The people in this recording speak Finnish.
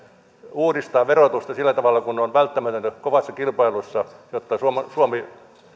uudistaa verotusta sillä tavalla kuin on välttämätöntä kovassa kilpailussa jotta suomi